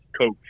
coach